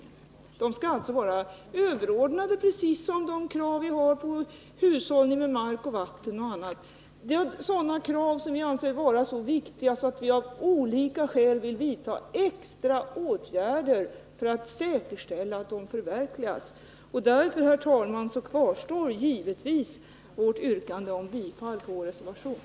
De kraven skall alltså vara överordnade och styrande, precis som de krav vi ställer när det gäller t.ex. hushållningen med mark och vatten. Det är krav som vi anser vara så viktiga att vi av olika skäl vill vidta extra åtgärder för att säkerställa att de uppfylls. Därför, herr talman, kvarstår givetvis vårt yrkande om bifall till vår reservation.